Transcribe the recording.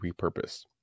repurposed